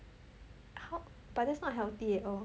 how but that's not healthy at all